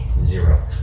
Zero